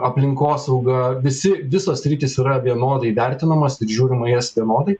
aplinkosauga visi visos sritys yra vienodai vertinamos ir žiūrima į jas vienodai